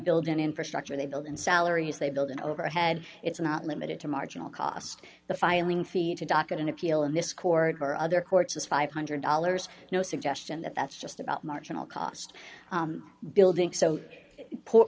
build an infrastructure they build in salaries they build an overhead it's not limited to marginal cost the filing fee to docket an appeal in this court for other courts is five hundred dollars no suggestion that that's just about marginal cost building so poor